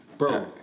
Bro